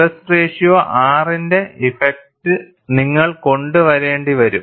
stress ratio R ന്റെ effect നിങ്ങൾ കൊണ്ടുവരേണ്ടിവരും